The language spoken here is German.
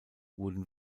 wurden